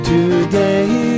Today